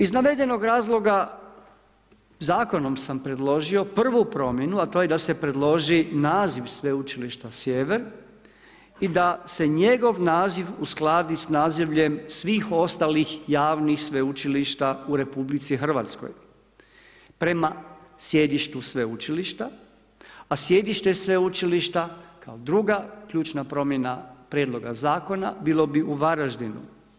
Iz navedenog razloga, zakonom sam predložio prvu promjenu, a to je da se predloži naziv Sveučilište Sjever i da se njegov naziv uskladi s nazivljem svih ostalih javnih sveučilišta u RH, prema sjedištu sveučilišta, a sjedište sveučilišta kao druga ključna promjena prijedloga zakona bila bi u Varaždinu.